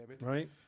right